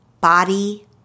body